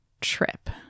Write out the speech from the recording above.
trip